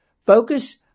Focus